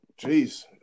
jeez